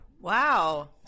Wow